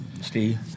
Steve